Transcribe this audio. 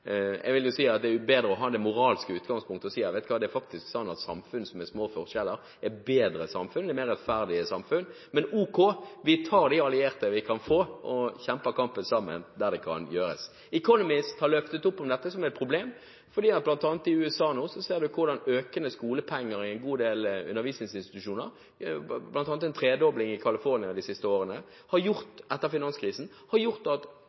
Jeg vil ikke si at det er en umoralsk, men en litt pussig inngang å si at hvis vi ikke kan tjene mer penger, må vi vel gjøre noe med ulikhetene. Det bedre å ha det moralske utgangspunktet og si at det faktisk er slik at samfunn med små forskjeller er bedre samfunn, mer rettferdige samfunn. Men ok – vi tar de allierte vi kan få, og kjemper kampen sammen der det kan gjøres. The Economist har løftet opp dette som et problem fordi man i USA nå ser hvordan økte skolepenger i en god del undervisningsinstitusjoner – bl.a. en tredobling